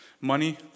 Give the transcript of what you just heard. Money